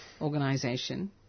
organization